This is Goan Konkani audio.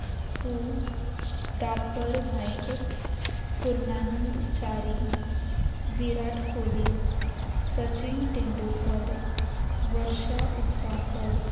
सू दाकर नायक पुर्णानंद च्यारी विराट कोली सचीन तेंडूलकर वर्षा उसगांवकर